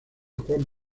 juan